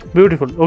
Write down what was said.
Beautiful